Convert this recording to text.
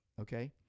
okay